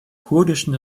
kurdischen